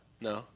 No